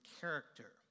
character